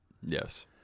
Yes